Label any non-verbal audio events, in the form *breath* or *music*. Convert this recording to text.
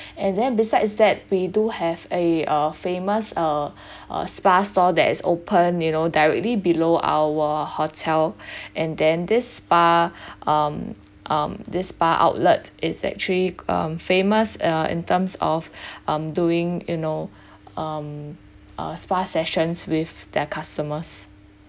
and then besides that we do have a uh famous uh *breath* uh spa store that is opened you know directly below our hotel *breath* and then this spa um um this spa outlet is actually um famous uh in terms of *breath* um doing you know um uh spa sessions with their customer